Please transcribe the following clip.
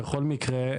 בכל מקרה,